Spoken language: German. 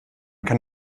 kann